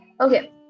Okay